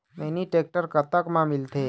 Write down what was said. Mini tractor कतक म मिलथे?